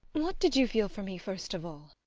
what did you feel for me, first of all?